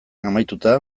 amaituta